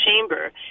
chamber